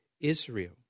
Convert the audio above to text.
Israel